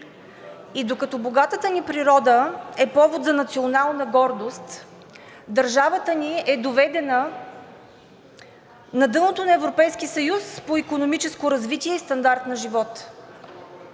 И докато богатата ни природа е повод за национална гордост, държавата ни е доведена на дъното на Европейския съюз по икономическо развитие и стандарт на живот.